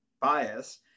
bias